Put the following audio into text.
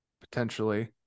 potentially